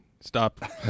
stop